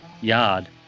yard